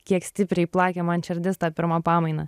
kiek stipriai plakė man širdis tą pirmą pamainą